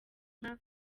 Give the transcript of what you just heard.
nka